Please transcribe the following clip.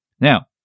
Now